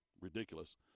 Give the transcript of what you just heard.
ridiculous